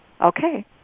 Okay